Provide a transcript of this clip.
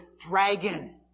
dragon